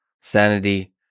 sanity